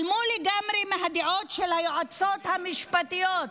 התעלמו לגמרי מהדעות של היועצות המשפטיות.